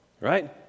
right